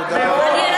הזמן.